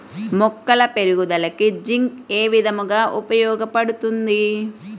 మొక్కల పెరుగుదలకు జింక్ ఏ విధముగా ఉపయోగపడుతుంది?